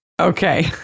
Okay